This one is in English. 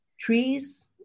Trees